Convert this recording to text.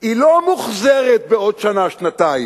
היא לא מוחזרת בעוד שנה,